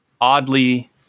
oddly